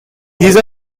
these